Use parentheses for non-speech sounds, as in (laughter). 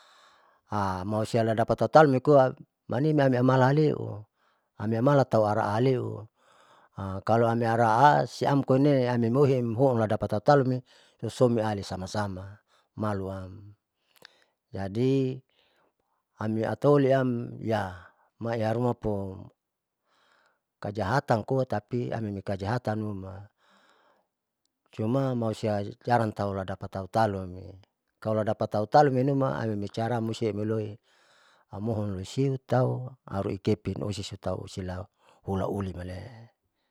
(hesitation) malusia ladapat tataunikoa malimiam iamalan haleua amiamalan tahu hala hareiua, (hesitation) kalo ami araa siam koine amimoitem houn ladapat tataule susomi ali lasama sama maluam jadi ami ataoli am ya maiharumapo kajahatan koa tapi amiukajahatan juma malusia jarang tahu ladapat tautalu kalo adapat tautalu iume manibicaam musti ne luloi amohon luisiu tahu aurei kepin osesi osesitaula ulimalee.